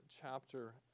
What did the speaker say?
chapter